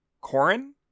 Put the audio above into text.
Corin